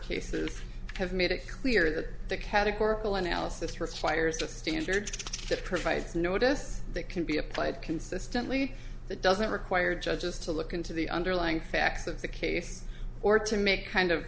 cases have made it clear that the categorical analysis requires a standard that provides notice that can be applied consistently that doesn't require judges to look into the underlying facts of the case or to make kind of